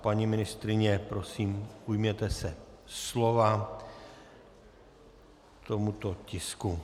Paní ministryně, prosím, ujměte se slova k tomuto tisku.